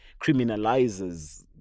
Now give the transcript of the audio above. criminalizes